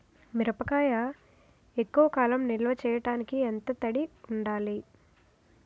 మిరపకాయ ఎక్కువ కాలం నిల్వ చేయటానికి ఎంత తడి ఉండాలి?